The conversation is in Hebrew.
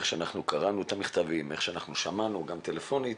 כפי שקראנו מכתבים ושמענו גם טלפונית,